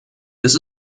this